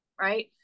right